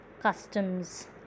Customs